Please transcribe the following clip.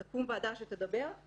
תקום ועדה שתדבר,